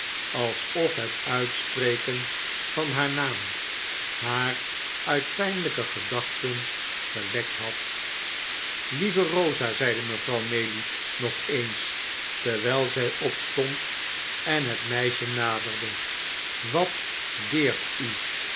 alsof het uitspreken van haar naam haar uit pijnlijke gedachten gewekt had lieve rosa zeide mevrouw maylie nog eens terwijl zij opstond en het meisje naderde wat deert u